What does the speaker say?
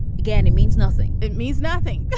again, it means nothing. it means nothing.